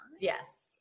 Yes